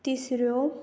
तिसऱ्यो